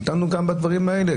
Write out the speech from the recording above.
ודנו גם בדברים האלה,